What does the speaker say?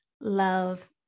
love